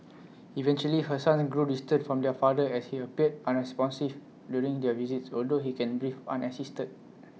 eventually her sons grew distant from their father as he appeared unresponsive during their visits although he can breathe unassisted